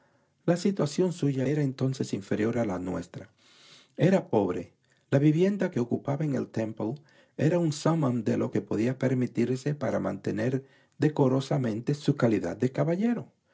la situación suya era entonces inferior a la nuestra era pobre la vivienda que ocupaba en el temple era el summum de lo que podía permitirse para mantener decorosamente su calidad de caballero